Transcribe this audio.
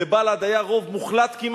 לבל"ד היה כמעט